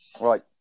right